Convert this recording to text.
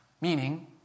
meaning